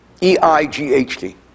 E-I-G-H-T